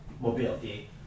mobility